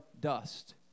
dust